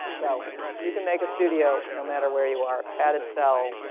so you can make a studio no matter where you are. padded cell,